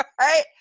right